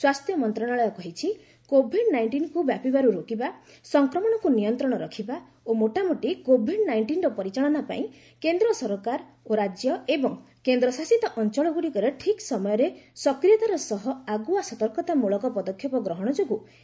ସ୍ୱାସ୍ଥ୍ୟ ମନ୍ତ୍ରଣାଳୟ କହିଛି କୋଭିଡ୍ ନାଇଷ୍ଟିନ୍କୁ ବ୍ୟାପିବାରୁ ରୋକିବା ସଂକ୍ରମଣକୁ ନିୟନ୍ତ୍ରଣ ରଖିବା ଓ ମୋଟାମୋଟି କୋଭିଡ୍ ନାଇଷ୍ଟିନ୍ର ପରିଚାଳନା ପାଇଁ କେନ୍ଦ୍ର ସରକାର ଓ ରାଜ୍ୟ ଏବଂ କେନ୍ଦ୍ରଶାସିତ ଅଞ୍ଚଳଗ୍ରଡ଼ିକର ଠିକ୍ ସମୟରେ ସକ୍ରିୟତାର ସହ ଆଗୁଆ ସତର୍କତାମଳକ ପଦକ୍ଷେପ ଗ୍ରହଣ ଯୋଗୁଁ ଏହା ସମ୍ଭବ ହୋଇଛି